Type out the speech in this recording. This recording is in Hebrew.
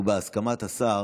ובהסכמת השר